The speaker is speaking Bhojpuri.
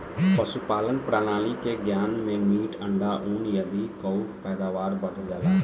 पशुपालन प्रणाली के ज्ञान से मीट, अंडा, ऊन आदि कअ पैदावार बढ़ जाला